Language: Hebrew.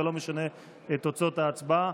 זה לא משנה את תוצאות ההצבעה.